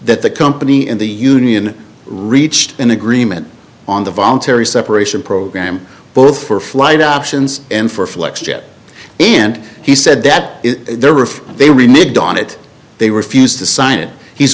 that the company in the union reached an agreement on the voluntary separation program both for flight up sions and for flex ship and he said that there were if they renewed on it they refused to sign it he's